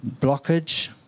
blockage